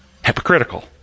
Hypocritical